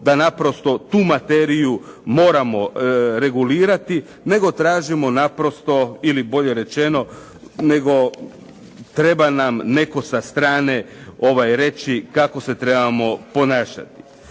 da naprosto tu materiju moramo regulirati nego tražimo naprosto ili bolje rečeno, nego treba nam netko sa strane reći kako se trebamo ponašati.